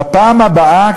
בפעם הבאה,